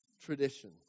tradition